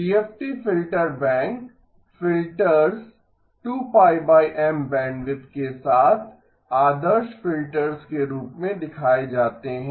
DFT filter bank filters 2 π M bandwidth के साथ आदर्श फिल्टर्स के रूप में दिखाए जाते हैं